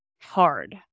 Hard